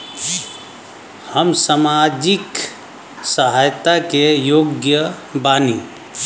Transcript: हम सामाजिक सहायता के योग्य बानी?